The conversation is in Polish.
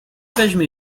weźmie